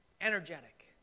energetic